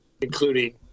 including